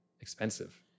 Expensive